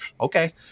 Okay